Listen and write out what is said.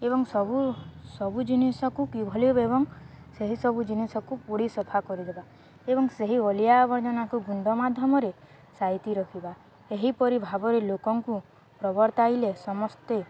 ଏବଂ ସବୁ ସବୁ ଜିନିଷକୁ କିଭଳି ଏବଂ ସେହି ସବୁ ଜିନିଷକୁ ପୋଡ଼ି ସଫା କରିଦେବା ଏବଂ ସେହି ଅଳିଆ ଆବର୍ଜନାକୁ ଗୁଣ୍ଡ ମାଧ୍ୟମରେ ସାଇତି ରଖିବା ଏହିପରି ଭାବରେ ଲୋକଙ୍କୁ ପ୍ରବର୍ତ୍ତାଇଲେ ସମସ୍ତେ